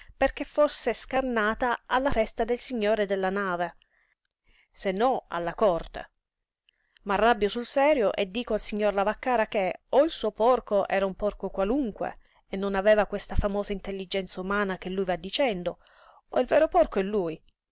perché fosse scannata alla festa del signore della nave se no alle corte m'arrabbio sul serio e dico al signor lavaccara che o il suo porco era un porco qualunque e non aveva questa famosa intelligenza umana che lui va dicendo o il vero porco è lui